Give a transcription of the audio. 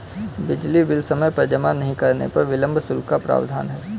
बिजली बिल समय पर जमा नहीं करने पर विलम्ब शुल्क का प्रावधान है